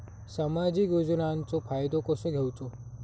सामाजिक योजनांचो फायदो कसो घेवचो?